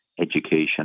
education